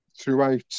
throughout